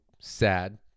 sad